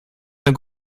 eine